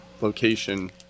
location